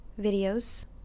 videos